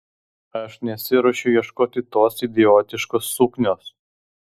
aš nesiruošiu ieškoti tos idiotiškos suknios